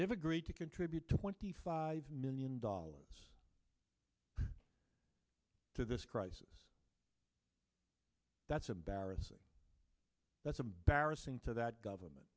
have agreed to contribute twenty five million dollars to this crisis that's embarrassing that's a barrison to that government